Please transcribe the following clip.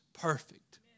perfect